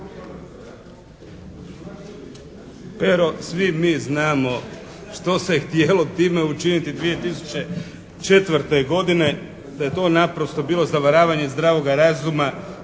Pero, svi mi znamo što se htjelo time učiniti 2004. godine, da je to naprosto bilo zavaravanje zdravoga razuma.